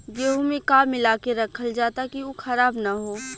गेहूँ में का मिलाके रखल जाता कि उ खराब न हो?